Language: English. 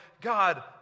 God